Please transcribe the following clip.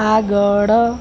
આગળ